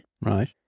Right